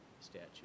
statute